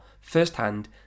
first-hand